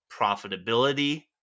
profitability